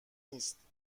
نیست